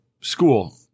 School